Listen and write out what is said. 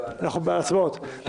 נעבור להצבעה.